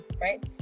right